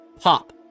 pop